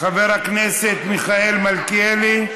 חבר הכנסת מיכאל מלכיאלי.